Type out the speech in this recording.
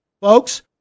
Folks